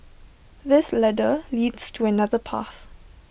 this ladder leads to another path